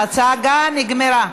ההצגה נגמרה.